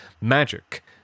magic